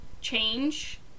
Change